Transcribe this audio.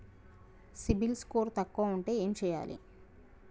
CIBIL score తక్కువ ఉంటే ఏం చేయాలి?